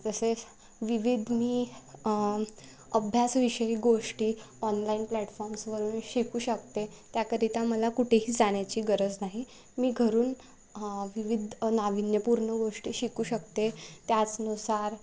तसेच विविध मी अभ्यासाविषयी गोष्टी ऑनलाईन प्लॅटफॉम्सवरून शिकू शकते त्याकरिता मला कुठेही जाण्याची गरज नाही मी घरून विविध नाविन्यपूर्ण गोष्टी शिकू शकते त्याचनुसार